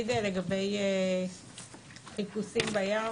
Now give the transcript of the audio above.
אני אגיד לגבי חיפושים בים,